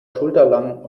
schulterlang